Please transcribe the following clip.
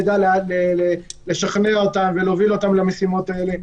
נדע לשכנע אותם ולהוביל אותם למשימות האלה.